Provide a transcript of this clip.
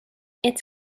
its